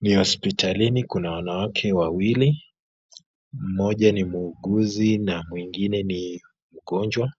Ni hospitalini, kuna wanawake wawili, mmoja ni muuguzi na mwingine ni mgonjwa,